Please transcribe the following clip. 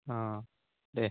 অঁ দে